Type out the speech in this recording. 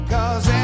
Cause